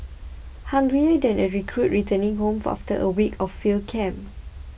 hungrier than a recruit returning home for after a week of field camp